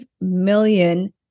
million